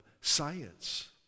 science